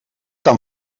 tan